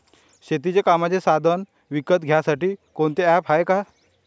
शेतीच्या कामाचे साधनं विकत घ्यासाठी कोनतं ॲप हाये का?